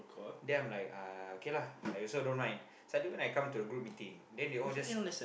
then I'm like uh okay lah I also don't mind suddenly when I come to the group meeting then they all just